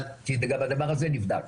כי גם הדבר הזה נבדק,